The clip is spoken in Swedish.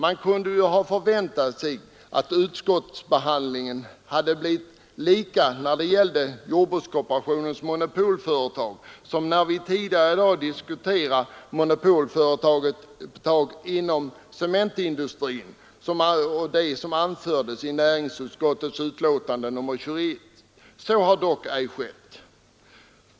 Man kunde ha förväntat att utskottsbehandlingen hade blivit likadan när det gällde jordbrukskooperationens monopolföretag som det som anfördes i näringsutskottets betänkande nr 21, när vi tidigare i dag diskuterade monopolföretagen inom cementindustrin. Så har dock ej skett.